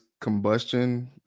combustion